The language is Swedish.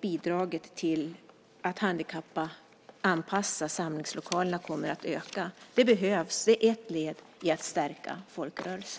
bidraget till att handikappanpassa samlingslokalerna kommer att öka. Det behövs. Det är ett led i att stärka folkrörelsen.